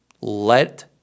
let